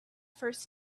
first